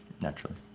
Naturally